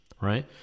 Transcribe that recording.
Right